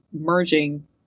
merging